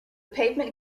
pavement